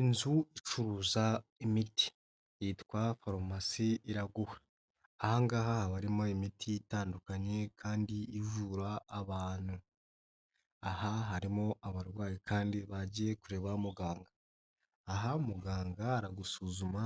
Inzu icuruza imiti, yitwa farumasi Iraguha, aha ngaha haba harimo imiti itandukanye kandi ivura abantu, aha harimo abarwayi kandi bagiye kureba muganga, aha muganga aragusuzuma,